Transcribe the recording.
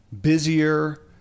busier